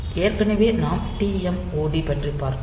ஏற்கனவே நாம் TMOD பற்றி பார்த்தோம்